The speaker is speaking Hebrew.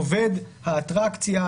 עובד האטרקציה,